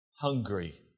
hungry